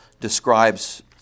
describes